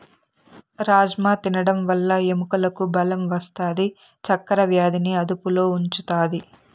రాజ్మ తినడం వల్ల ఎముకలకు బలం వస్తాది, చక్కర వ్యాధిని అదుపులో ఉంచుతాది